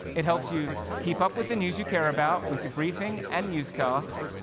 it helps you keep up with the news you care about, with your briefing and newscasts,